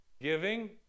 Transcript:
Giving